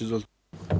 Izvolite.